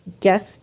guest